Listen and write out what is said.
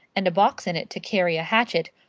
and a box in it to carry a hatchet,